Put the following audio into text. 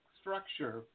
structure